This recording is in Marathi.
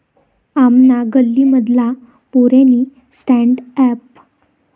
आमना गल्ली मधला पोऱ्यानी स्टँडअप इंडियानी मदतलीसन येक साखळी तयार करले शे